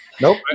Nope